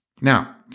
Now